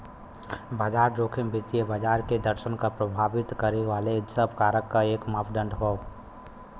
बाजार जोखिम वित्तीय बाजार के प्रदर्शन क प्रभावित करे वाले सब कारक क एक मापदण्ड हौ